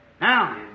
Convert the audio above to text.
Now